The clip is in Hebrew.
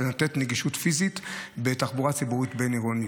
לתת נגישות פיזית בתחבורה ציבורית בין-עירונית,